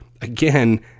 Again